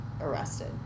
arrested